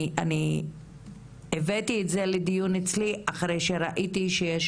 אני הבאתי את זה לדיון אצלי אחרי שראיתי שיש